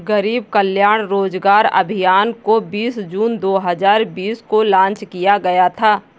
गरीब कल्याण रोजगार अभियान को बीस जून दो हजार बीस को लान्च किया गया था